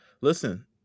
Listen